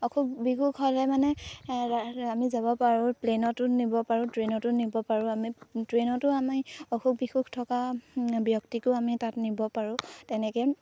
অসুখ বিসুখ হ'লে মানে আমি যাব পাৰোঁ প্লেইনতো নিব পাৰোঁ ট্ৰেইনতো নিব পাৰোঁ আমি ট্ৰেইনতো আমি অসুখ বিসুখ থকা ব্যক্তিকো আমি তাত নিব পাৰোঁ তেনেকৈ